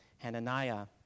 Hananiah